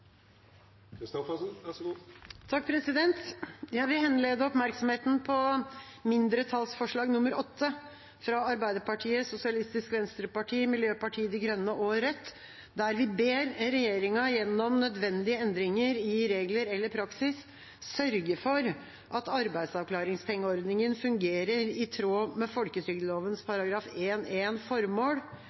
Jeg vil henlede oppmerksomheten på mindretallsforslag nr. 8, fra Arbeiderpartiet, Sosialistisk Venstreparti, Miljøpartiet De Grønne og Rødt, der vi ber regjeringa gjennom nødvendige endringer i regler eller praksis sørge for at arbeidsavklaringspengeordningen fungerer i tråd med folketrygdloven § 1-1 Formål,